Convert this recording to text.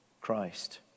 Christ